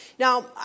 Now